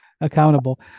accountable